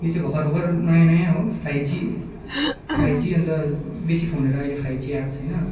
यो चाहिँ भर्खर भर्खर नयाँ नयाँ हो फाइभ जी फाइभ जी अन्त बेसी फोनहरू अहिले फाइभ जी आएको छैन